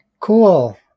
Cool